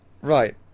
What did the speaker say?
right